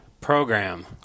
program